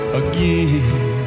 again